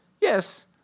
Yes